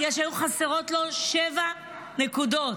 בגלל שהיו חסרות לו שבע נקודות.